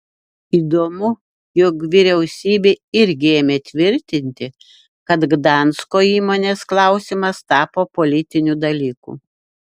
įdomu jog vyriausybė irgi ėmė tvirtinti kad gdansko įmonės klausimas tapo politiniu dalyku